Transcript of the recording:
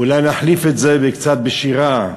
אולי נחליף את זה קצת בשירה.